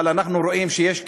אבל אנחנו רואים שיש,